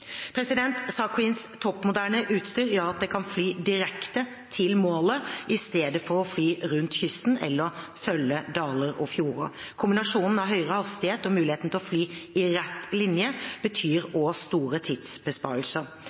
toppmoderne utstyr gjør at det kan fly direkte til målet i stedet for å fly rundt kysten eller følge daler og fjorder. Kombinasjonen av høyere hastighet og muligheten til å fly i rett linje betyr også store tidsbesparelser.